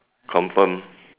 confirm